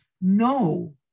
No